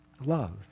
Love